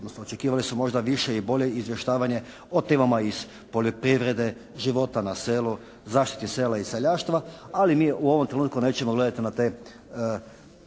odnosno očekivali smo možda više i bolje izvještavanje o temama iz poljoprivrede, života na selu, zaštiti sela i seljaštva, ali mi u ovom trenutku nećemo gledati na te